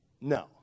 no